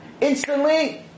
Instantly